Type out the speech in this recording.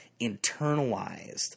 internalized